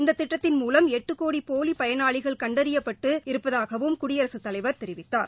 இந்த திட்டத்தின் மூலம் எட்டு கோடி போலி பயனாளிகள் கண்டறிப்ப்பட்டிருப்பதாகவும் குடியரகத் தலைவர் தெரிவித்தார்